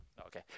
Okay